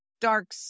dark